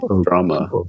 drama